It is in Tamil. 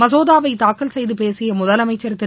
மசோதாவை தாக்கல் செய்து பேசிய முதலமைச்சள் திரு